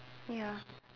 ya